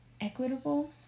equitable